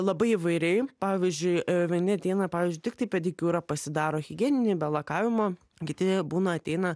labai įvairiai pavyzdžiui vieni ateina pavyzdžiui tiktai pedikiūrą pasidaro higieninį be lakavimo kiti būna ateina